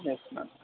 yes madam